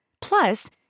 Plus